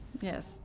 Yes